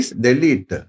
delete